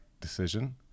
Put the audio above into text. decision